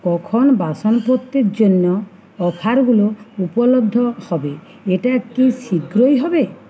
কখন বাসনপত্রের জন্য অফারগুলো উপলব্ধ হবে এটা কি শীঘ্রই হবে